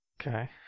Okay